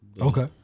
Okay